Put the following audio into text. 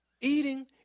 Eating